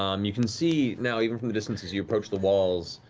um you can see now, even from the distance as you approach, the walls,